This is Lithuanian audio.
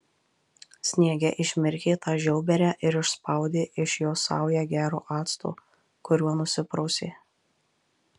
sniege išmirkė tą žiauberę ir išspaudė iš jos saują gero acto kuriuo nusiprausė